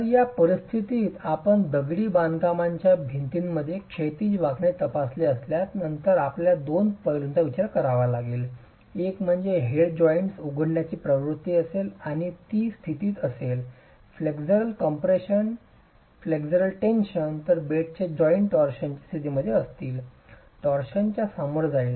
तर या परिस्थितीत आपण दगडी बांधकामाच्या भिंतीमध्ये क्षैतिज वाकणे तपासले असल्यास नंतर आपल्याला दोन पैलूंचा विचार करावा लागेल एक म्हणजे हेड जॉइंट उघडण्याची प्रवृत्ती असेल आणि ती स्थितीत असेल फ्लेक्स्युलर कम्प्रेशन फ्लेक्सुरल टेन्शन तर बेडचे जॉइंट टॉर्शनच्या स्थितीत असतील टॉरशनला सामोरे जाईल